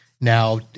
Now